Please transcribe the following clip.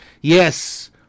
Yes